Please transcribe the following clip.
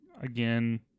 Again